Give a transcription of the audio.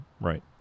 Right